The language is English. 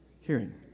hearing